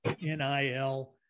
NIL